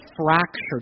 fractured